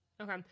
Okay